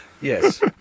Yes